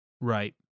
Right